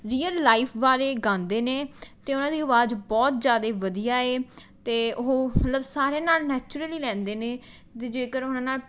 real life ਬਾਰੇ ਗਾਉਂਦੇ ਨੇ ਅਤੇ ਉਹਨਾਂ ਦੀ ਆਵਾਜ਼ ਬਹੁਤ ਜ਼ਿਆਦਾ ਵਧੀਆ ਏ ਅਤੇ ਉਹ ਮਤਲਬ ਸਾਰਿਆਂ ਨਾਲ ਨੈਚੁਰਲੀ ਲੈਂਦੇ ਨੇ ਅਤੇ ਜੇਕਰ ਉਹਨਾਂ ਨਾਲ